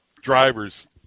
drivers